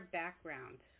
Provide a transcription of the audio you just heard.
background